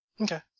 Okay